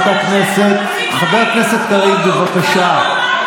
חבר הכנסת קריב, בבקשה.